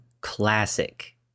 classic